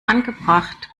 angebracht